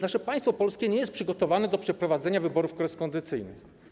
Nasze państwo polskie nie jest przygotowane do przeprowadzenia wyborów korespondencyjnych.